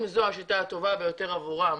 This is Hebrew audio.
אם זו השיטה הטובה ביותר עבורם,